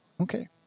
okay